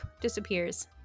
disappears